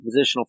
positional